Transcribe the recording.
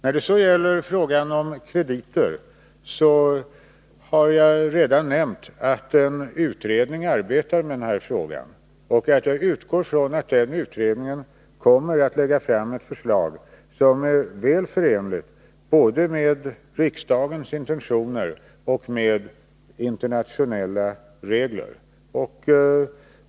När det sedan gäller frågan om krediter har jag redan nämnt att en utredning arbetar med den och att jag utgår från att denna utredning kommer att lägga fram ett förslag som är väl förenligt både med riksdagens intentioner och med internationalla regler.